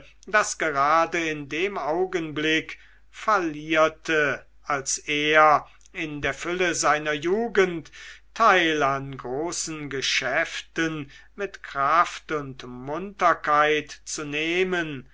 das gerade in dem augenblick fallierte als er in der fülle seiner jugend teil an großen geschäften mit kraft und munterkeit zu nehmen